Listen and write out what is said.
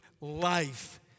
life